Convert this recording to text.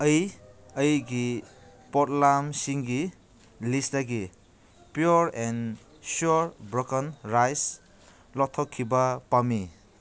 ꯑꯩ ꯑꯩꯒꯤ ꯄꯣꯠꯂꯝꯁꯤꯡꯒꯤ ꯂꯤꯁꯇꯒꯤ pure and sure broken rice ꯂꯧꯊꯣꯛꯈꯤꯕ ꯄꯥꯝꯃꯤ